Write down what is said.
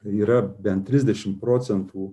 yra bent trisdešimt procentų